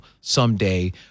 someday